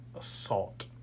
assault